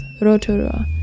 Rotorua